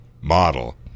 model